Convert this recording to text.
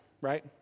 Right